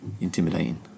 intimidating